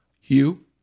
Hugh